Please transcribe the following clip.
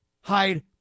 hide